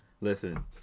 listen